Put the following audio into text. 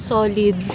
Solid